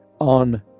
on